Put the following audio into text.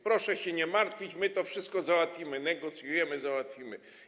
Proszę się nie martwić, my to wszystko załatwimy, negocjujemy, załatwimy.